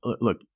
Look